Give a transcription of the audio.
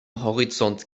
horizont